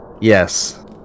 Yes